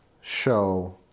show